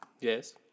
Yes